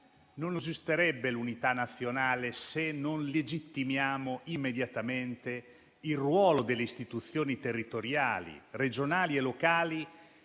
Non esisterebbe l'unità nazionale se non si legittimasse immediatamente il ruolo delle istituzioni territoriali, regionali e locali,